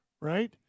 right